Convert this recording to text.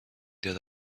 that